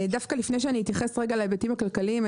לפני שאני אתייחס להיבטים הכלכליים,